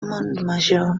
montmajor